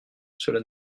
cela